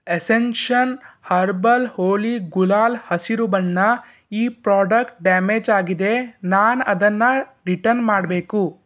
ascension herbal Holi gulal ಹಸಿರು ಬಣ್ಣ ಈ ಪ್ರಾಡಕ್ಟ್ ಡ್ಯಾಮೇಜ್ ಆಗಿದೆ ನಾನದನ್ನು ರಿಟನ್ ಮಾಡಬೇಕು